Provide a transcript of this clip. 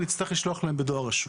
אני אצטרך לשלוח להם בדואר רשום.